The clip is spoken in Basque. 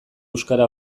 euskara